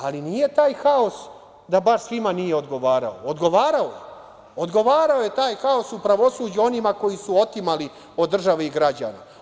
Ali, nije taj haos baš svima da nije odgovarao, ogovarao je taj haos u pravosuđu onima koji su otimali od države i građana.